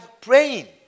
praying